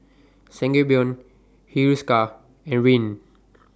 Sangobion Hiruscar and Rene